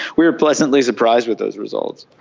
were pleasantly surprised with those results.